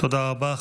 תודה רבה.